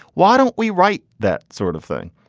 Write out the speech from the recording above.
why don't we write that sort of thing?